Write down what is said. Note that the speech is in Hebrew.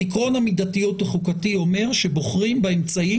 עקרון המידתיות החוקתי אומר שבוחרים באמצעי